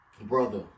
brother